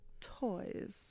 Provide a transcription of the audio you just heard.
toys